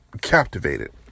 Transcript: captivated